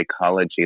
psychology